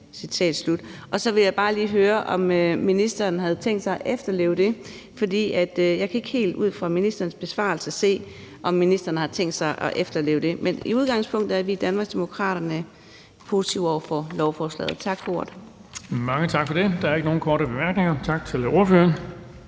Så vil jeg bare lige høre, om ministeren havde tænkt sig at efterleve det. For jeg kan ikke helt ud fra ministerens besvarelse se, om ministeren har tænkt sig at efterleve det. Men i udgangspunktet er vi i Danmarksdemokraterne positive over for lovforslaget. Tak for ordet. Kl. 14:51 Den fg. formand (Erling Bonnesen): Der er ikke nogen korte bemærkninger. Tak til ordføreren.